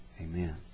Amen